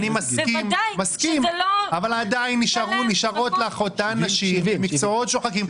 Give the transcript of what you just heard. אני מסכים אבל עדיין נשארות לך אותן נשים במקצועות שוחקים.